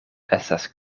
estas